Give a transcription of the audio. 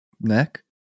neck